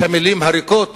איש המלים הריקות.